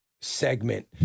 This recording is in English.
segment